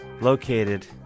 located